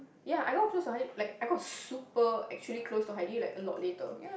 ya I got close to Hayde like I got super actually close to Hayde like a lot later